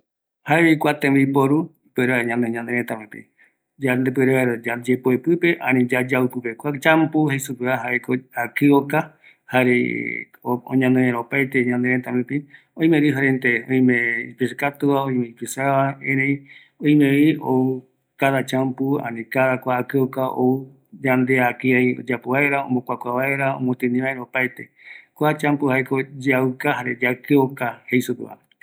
Kua akioka, Öime oatai yandeve, oyeapo opaetevaerape yaiporu vaera, jeta oyeapo omboyoavi ipise ara, yande yaiporu vaera, yaikuata oimera kirai ipisekavi vaera